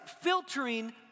filtering